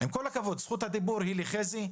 זכות הדיבור היא לחזי שוורצמן.